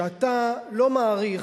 שאתה לא מעריך,